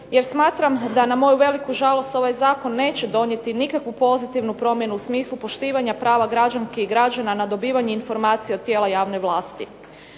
jer smatram da na moju veliku žalost ovaj zakon neće donijeti nikakvu pozitivnu promjenu u smislu poštivanja prava građanki i građana na dobivanja informacija od tijela javne vlasti.